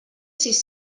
sis